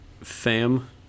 fam